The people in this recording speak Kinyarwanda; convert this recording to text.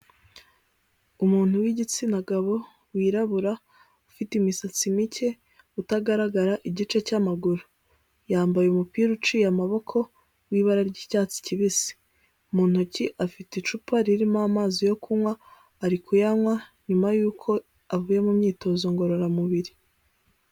Umuntu w'igitsina gabo wirabura ufite imisatsi mike, utagaragara igice cy'amaguru yambaye umupira uciye amaboko w'ibara ry'icyatsi kibisi, mu ntoki afite icupa ririmo amazi yo kunywa ari kuyanywa, nyuma y'uko avuye mu myitozo ngororamubiri.